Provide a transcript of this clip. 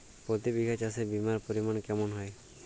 প্রতি বিঘা চাষে বিমার পরিমান কেমন হয়?